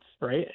right